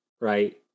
Right